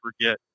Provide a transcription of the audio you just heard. forget